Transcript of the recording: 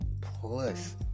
plus